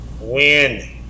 Win